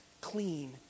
clean